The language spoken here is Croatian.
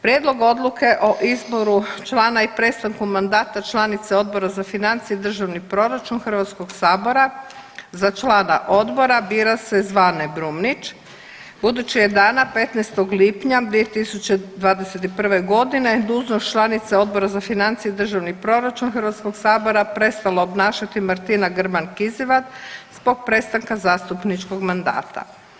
Prijedlog odluke o izboru člana i prestanku mandata članice Odbora za financije i državni proračun Hrvatskog sabora za člana Odbora bira se Zvane Brumnić budući je dana 15. lipnja 2021. godine dužnost članice Odbora za financije i državni proračun Hrvatskog sabora prestala obnašati Martina Grman Kizivat zbog prestanka zastupničkog mandata.